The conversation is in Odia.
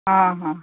ହଁ ହଁ